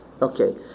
Okay